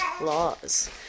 laws